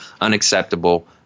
unacceptable